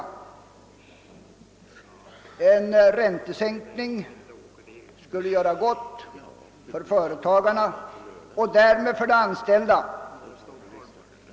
En räntesänkning skulle göra gott för företagarna och därmed även för de anställda.